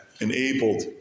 enabled